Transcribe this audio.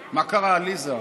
קרה, עליזה?